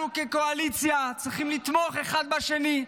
אנחנו כקואליציה צריכים לתמוך אחד בשני,